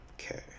okay